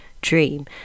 dream